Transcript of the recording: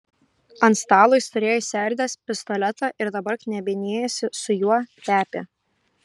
ant stalo jis turėjo išsiardęs pistoletą ir dabar knebinėjosi su juo tepė